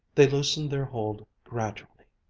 they loosened their hold gradually,